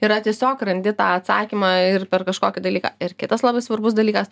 yra tiesiog randi tą atsakymą ir per kažkokį dalyką ir kitas labai svarbus dalykas